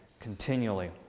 continually